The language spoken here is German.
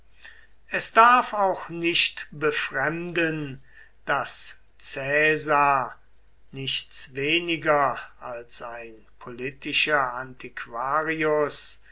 es darf auch nicht befremden daß caesar nichts weniger als ein politischer antiquarius